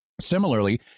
Similarly